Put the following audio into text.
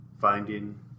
Finding